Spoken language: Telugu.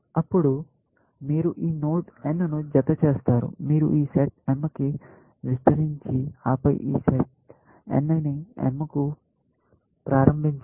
అప్పుడు మీరు ఈ నోడ్ n ను జత చేస్తారు మీరు ఈ సెట్ m కి విస్తరించి ఆపై ఈ సెట్ n కి m ను ప్రారంభించండి